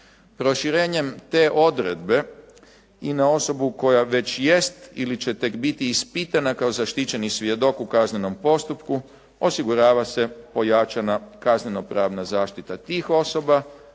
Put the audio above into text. Proširenjem te odredbe i na osobu koja već jest ili će tek biti ispitana kao zaštićeni svjedok u kaznenom postupku osigurava se pojačana kaznenopravna zaštita tih osoba,